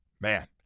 Man